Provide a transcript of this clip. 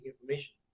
information